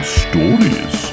stories